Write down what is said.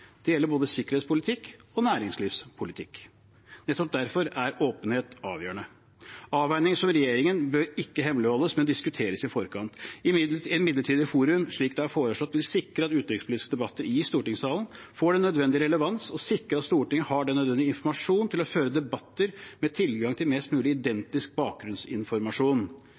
Det gjelder både sikkerhetspolitikk og næringslivspolitikk. Nettopp derfor er åpenhet avgjørende. Avveininger som regjeringen gjør, bør ikke hemmeligholdes, men diskuteres i forkant. Et midlertidig forum, slik det er foreslått, vil sikre at utenrikspolitiske debatter i stortingssalen får den nødvendige relevans, og sikre at Stortinget har den nødvendige informasjon til å føre debatter, med tilgang til mest mulig identisk bakgrunnsinformasjon.